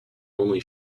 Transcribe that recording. only